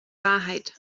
wahrheit